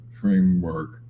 framework